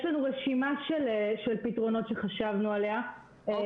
יש לנו רשימה של פתרונות שחשבנו עליהם,